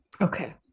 okay